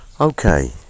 okay